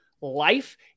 life